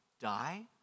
die